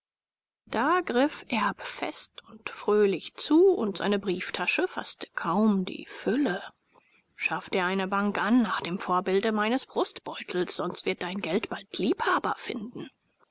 da griff erb fest und fröhlich zu und seine brieftasche faßte kaum die fülle schaff dir eine bank an nach dem vorbilde meines brustbeutels sonst wird dein geld bald liebhaber finden